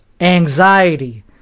anxiety